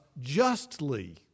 justly